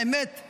האמת היא